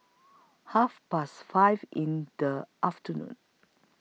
Half Past five in The afternoon